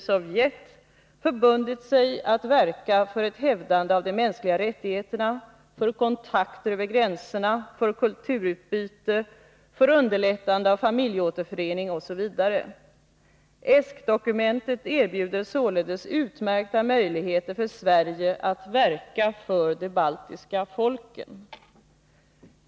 Sovjet, förbundit sig att verka för ett hävdande av de mänskliga rättigheterna, för kontakter över gränserna, för kulturutbyte, för underlättande av familjeåterförening, osv. ESK-dokumentet erbjuder således utmärkta möjligheter för Sverige att verka för de baltiska folken.